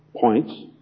points